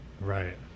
right